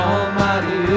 Almighty